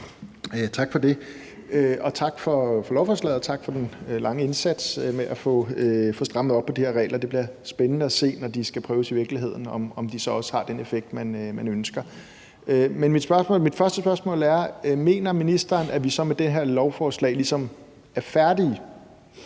Tak for det, og tak for lovforslaget, og tak for den lange indsats med at få strammet op på de her regler. Det bliver spændende at se, når de skal prøves i virkeligheden, om de så også har den effekt, man ønsker. Mit første spørgsmål er: Mener ministeren, at vi så med det her lovforslag ligesom er færdige?